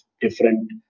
different